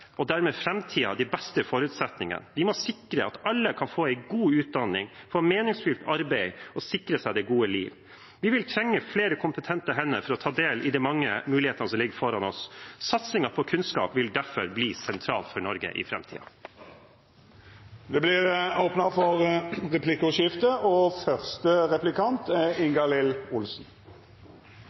og dermed framtiden – de beste forutsetningene. Vi må sikre at alle kan få en god utdanning, få meningsfylt arbeid og sikre seg det gode liv. Vi vil trenge flere kompetente hender for å ta del i de mange mulighetene som ligger foran oss. Satsingen på kunnskap vil derfor bli sentral for Norge i framtiden. Det vert replikkordskifte.